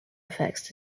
effects